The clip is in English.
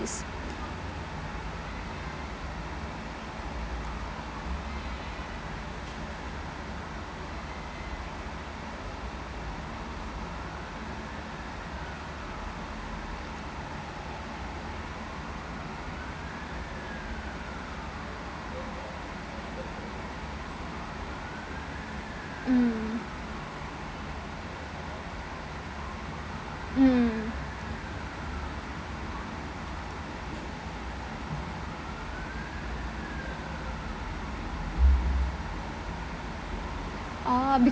mm mm ah because